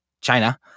China